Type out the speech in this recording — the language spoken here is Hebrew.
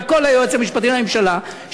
והכול ליועץ המשפטי לממשלה,